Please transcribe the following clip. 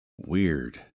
Weird